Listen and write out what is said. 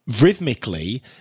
rhythmically